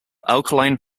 alkaline